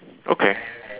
okay